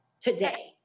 today